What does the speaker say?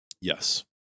Yes